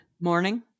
Morning